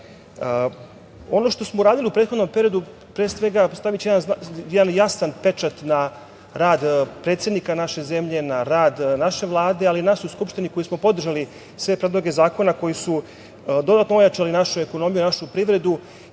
što smo uradili u prethodnom periodu, pre svega, staviću jedan jasan pečat na rad predsednika naše zemlje, na rad naše Vlade, ali i nas u Skupštini koji smo podržali sve predloge zakona koji su dodatno ojačali našu ekonomiju, našu privredu